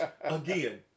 Again